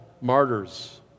Martyrs